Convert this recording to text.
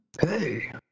Hey